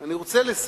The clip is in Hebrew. אני רוצה לסיים.